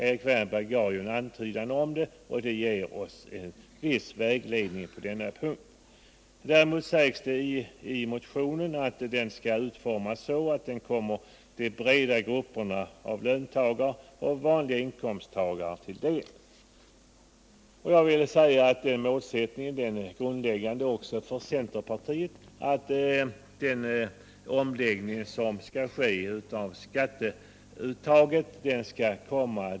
Erik Wärnberg gjorde en antydan på den punkten och det ger oss en viss vägledning. I motionen säger man att skatteomläggningen skall utformas så att den kommer de breda grupperna av löntagare och vanliga inkomsttagare till del. Detta är en grundläggande målsättning också för centerpartiet.